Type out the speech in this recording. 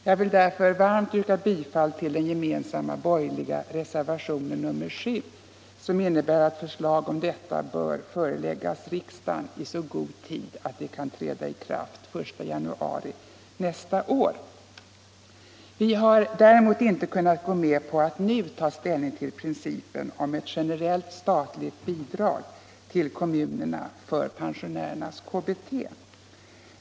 Jag vill mot denna bakgrund varmt yrka bifall till den gemensamma borgerliga reservationen 7, som innebär att förslag i frågan bör föreläggas riksdagen i så god tid att systemet kan träda i kraft den 1 januari nästa år. Vi har däremot inte kunnat gå med på att nu ta ställning till principen om ett generellt statligt bidrag till kommunerna för pensionärernas kommunala bostadstillägg.